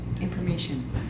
information